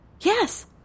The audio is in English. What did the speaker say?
Yes